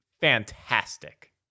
fantastic